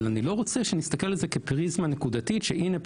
אבל אני לא רוצה שנסתכל על זה כפריזמה נקודתית של "הנה,